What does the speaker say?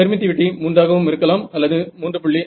permittivity 3 ஆக இருக்கலாம் அல்லது 3